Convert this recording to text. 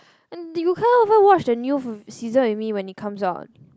and you can't even watch the new season with me when it comes out